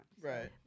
Right